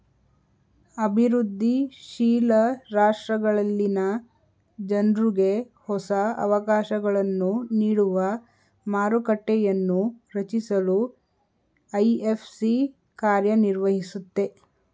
ಅಭಿವೃದ್ಧಿ ಶೀಲ ರಾಷ್ಟ್ರಗಳಲ್ಲಿನ ಜನ್ರುಗೆ ಹೊಸ ಅವಕಾಶಗಳನ್ನು ನೀಡುವ ಮಾರುಕಟ್ಟೆಯನ್ನೂ ರಚಿಸಲು ಐ.ಎಫ್.ಸಿ ಕಾರ್ಯನಿರ್ವಹಿಸುತ್ತೆ